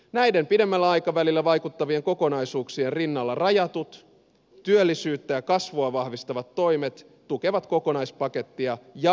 näiden pidemmällä aikavälillä vaikuttavien kokonaisuuksien rinnalla rajatut työllisyyttä ja kasvua vahvistavat toimet tukevat kokonaispakettia ja tasoittavat suhdannetilannetta